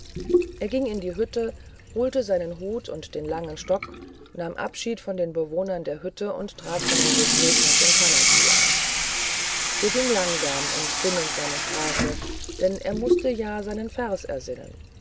er ging in die hütte holte seinen hut und den langen stock nahm abschied von den bewohnern der hütte und trat seinen rückweg nach dem tannenbühl an er ging langsam und sinnend seine straße denn er mußte ja seinen vers ersinnen